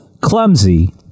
Clumsy